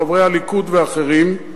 חברי הליכוד ואחרים,